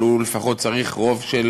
אבל הוא לפחות צריך רוב של